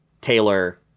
Taylor